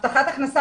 הבטחת הכנסה,